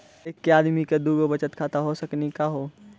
एके आदमी के दू गो बचत खाता हो सकनी का हो?